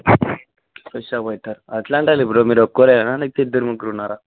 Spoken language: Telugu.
ఫ్రెష్ అప్ అయిత అట్లంటార బ్రో మీరు ఒక్కరేన లేకపోతే ఇద్దరు ముగ్గురున్నారా